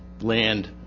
land